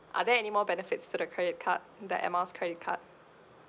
are there any more benefits to the credit card the air miles credit card